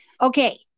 Okay